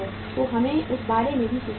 तो हमें उस बारे में भी सोचना होगा